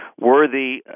worthy